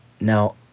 Now